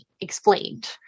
explained